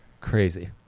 Crazy